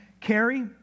carry